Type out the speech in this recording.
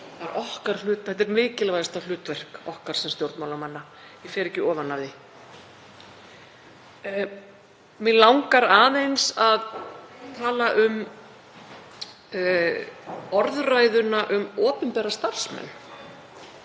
Þetta er mikilvægasta hlutverk okkar sem stjórnmálamanna. Ég fer ekki ofan af því. Mig langar aðeins að tala um orðræðuna um opinbera starfsmenn.